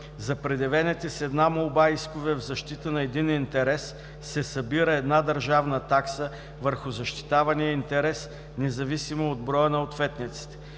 За предявените с една молба искове в защита на един интерес се събира една държавна такса върху защитавания интерес, независимо от броя на ответниците.